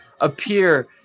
appear